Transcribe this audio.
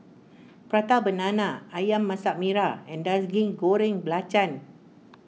Prata Banana Ayam Masak Merah and Nasi Goreng Belacan